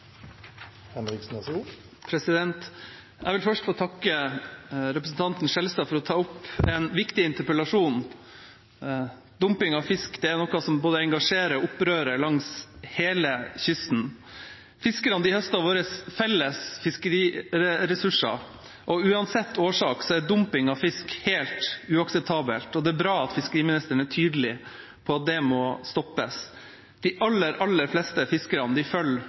noe som både engasjerer og opprører langs hele kysten. Fiskerne høster av våre felles fiskeriressurser. Uansett årsak er dumping av fisk helt uakseptabelt, og det er bra at fiskeriministeren er tydelig på at det må stoppes. De aller, aller fleste fiskerne følger lover og regler, men de